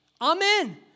Amen